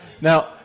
Now